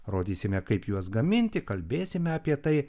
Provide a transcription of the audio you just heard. rodysime kaip juos gaminti kalbėsime apie tai